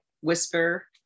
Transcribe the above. whisper